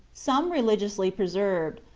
some re ligiously preserved,